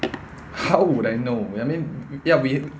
how would I know ya ya we